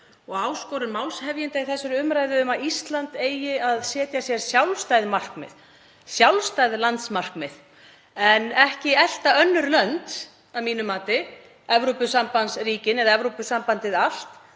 og áskorun málshefjanda í þessari umræðu um að Ísland eigi að setja sér sjálfstæð markmið, sjálfstæð landsmarkmið, en ekki elta önnur lönd, að mínu mati, Evrópusambandsríkin eða Evrópusambandið allt